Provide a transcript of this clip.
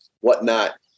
whatnot